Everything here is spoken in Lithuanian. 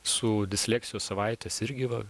su disleksijos savaites irgi va